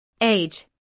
age